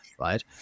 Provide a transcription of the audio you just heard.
right